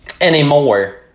anymore